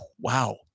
Wow